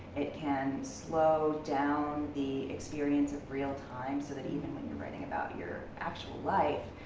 it can slow down the experience of real time so that even when you're writing about your actual life,